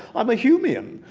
i'm a humian.